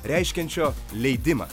reiškiančio leidimą